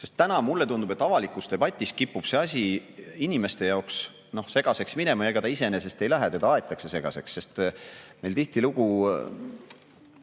Sest mulle tundub, et avalikus debatis kipub see asi inimeste jaoks segaseks minema. Ega ta iseenesest ei lähe, teda aetakse segaseks. Meil käivad